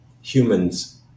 humans